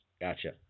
Gotcha